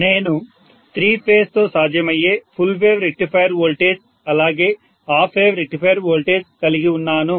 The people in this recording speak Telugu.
నేను త్రీ ఫేజ్ తో సాధ్యమయ్యే ఫుల్ వేవ్ రెక్టిఫైయర్ వోల్టేజ్ అలాగే హాఫ్ వేవ్ రెక్టిఫైయర్ వోల్టేజ్ కలిగి ఉన్నాను